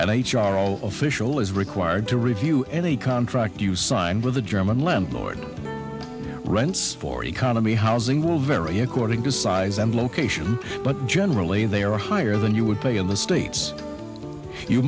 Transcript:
and h r all official is required to review any contract you sign with a german landlord rents for economy housing will vary according to size and location but generally they are higher than you would pay in the states you